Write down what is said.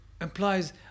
implies